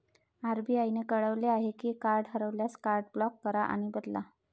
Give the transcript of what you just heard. RBI ने कळवले आहे की कार्ड हरवल्यास, कार्ड ब्लॉक करा आणि बदला